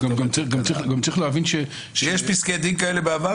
גם צריך להבין ש --- שיש פסקי דין כאלה מהעבר?